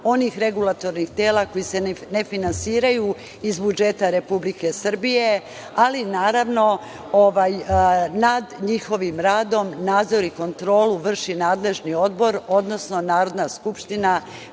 onih regulatornih tela koji se ne finansiraju iz budžeta Republike Srbije, ali, naravno, nad njihovim radom nadzor i kontrolu vrši nadležni odbor, odnosno Narodna skupština